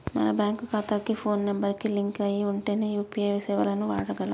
మన బ్యేంకు ఖాతాకి phone number కి లింక్ అయ్యి ఉంటేనే యూ.పీ.ఐ సేవలను వాడగలం